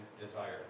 desire